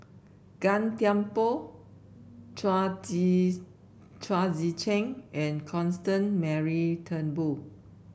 Gan Thiam Poh Chao Tzee Chao Tzee Cheng and Constance Mary Turnbull